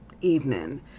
evening